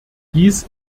dies